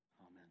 amen